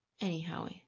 anyhow